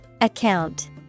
Account